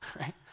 right